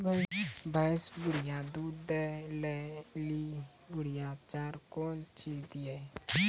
भैंस बढ़िया दूध दऽ ले ली बढ़िया चार कौन चीज दिए?